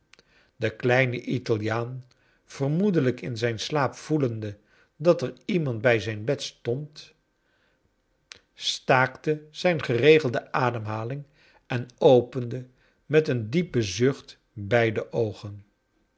de kleine italiaan vermoedelijk in zijn siaap voelende dat er iemand bij aijn bed stond staakte zijn geregelde ademhaling enopende met een diepen zucht beide oogen